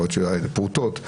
יכול להיות שהיו פרוטות.